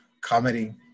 comedy